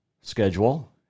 schedule